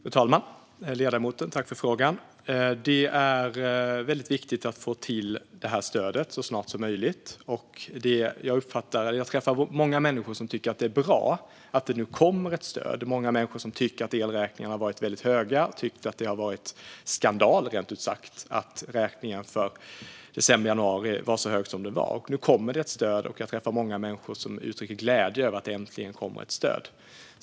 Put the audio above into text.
Fru talman! Tack, ledamoten, för frågan! Det är väldigt viktigt att få till det här stödet så snart som möjligt. Jag träffar många människor som tycker att det är bra att det nu kommer ett stöd. Det är många människor som tycker att elräkningarna har varit väldigt höga och att det rent ut sagt har varit skandal att räkningen för december och januari var så hög som den var. Nu kommer det ett stöd, och jag träffar många människor som uttrycker glädje över att det äntligen kommer ett stöd.